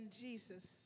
Jesus